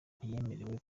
ntiyemerewe